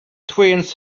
twins